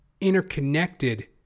interconnected